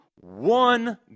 one